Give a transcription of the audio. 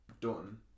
done